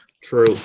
True